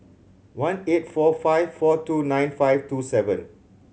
one eight four five four two nine five two seven